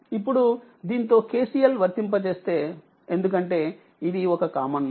ఇప్పుడుదీంతో KCL వర్తింపజేస్తే ఎందుకంటే ఇది ఒక కామన్ నోడ్